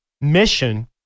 mission